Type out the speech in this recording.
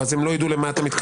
אז הם לא ידעו למה אתה מתכוון.